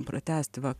pratęsti va